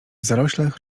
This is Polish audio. zaroślach